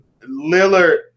Lillard